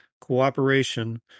cooperation